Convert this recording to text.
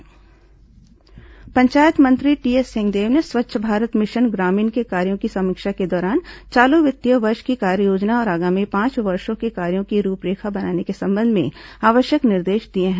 स्वच्छ भारत मिशन समीक्षा पंचायत मंत्री टीएस सिंहदेव ने स्वच्छ भारत मिशन ग्रामीण के कार्यों की समीक्षा के दौरान चालू वित्तीय वर्ष की कार्ययोजना और आगामी पांच वर्षो के कार्यो की रूपरेखा बनाने के संबंध में आवश्यक निर्देश दिए हैं